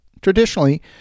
Traditionally